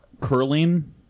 Curling